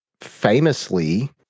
famously